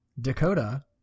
Dakota